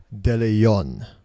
DeLeon